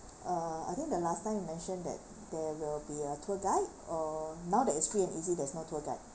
uh I think the last time you mentioned that there will be a tour guide or now that is free and easy there's no tour guide